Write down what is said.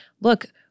look